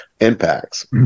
impacts